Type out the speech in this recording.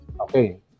Okay